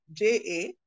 JA